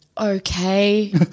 Okay